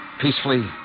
Peacefully